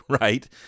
right